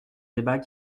débat